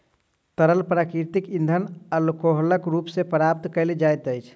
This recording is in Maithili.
तरल प्राकृतिक इंधन अल्कोहलक रूप मे प्राप्त कयल जाइत अछि